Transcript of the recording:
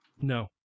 no